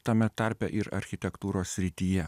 tame tarpe ir architektūros srityje